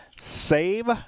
save